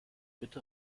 bitte